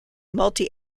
multi